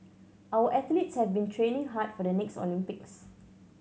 our athletes have been training hard for the next Olympics